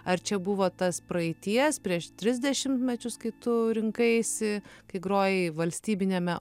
ar čia buvo tas praeities prieš tris dešimtmečius kai tu rinkaisi kai grojai valstybiniame